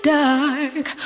dark